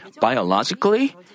Biologically